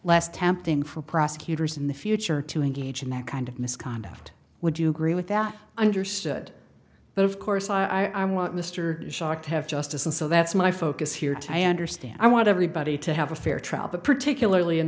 less tempting for prosecutors in the future to engage in that kind of misconduct would you agree with that understood but of course i want mr shock to have justice and so that's my focus here too i understand i want everybody to have a fair trial but particularly in